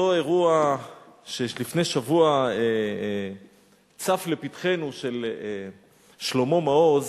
אותו אירוע שלפני שבוע צף לפתחנו, של שלמה מעוז,